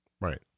Right